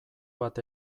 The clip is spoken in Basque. bat